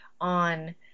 on